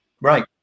Right